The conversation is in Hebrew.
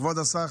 כבוד השר,